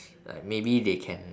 like maybe they can